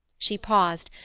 she paused,